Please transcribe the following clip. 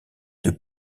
deux